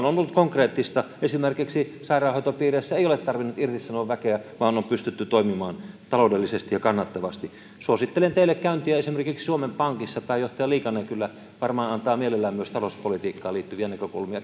ollut konkreettista esimerkiksi sairaanhoitopiireissä ei ole tarvinnut irtisanoa väkeä vaan on pystytty toimimaan taloudellisesti ja kannattavasti suosittelen teille käyntiä esimerkiksi suomen pankissa pääjohtaja liikanen varmaan antaa mielellään myös talouspolitiikkaan liittyviä näkökulmia